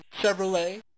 Chevrolet